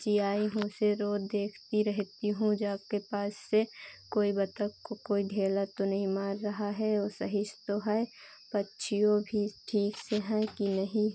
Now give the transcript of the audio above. जियाई हूँ उसे रोज़ देखती रहती हूँ जाकर पास से कोई बत्तख को कोई ढेला तो नहीं मार रहा है वह सही से तो है पक्षियों भी ठीक से हैं कि नहीं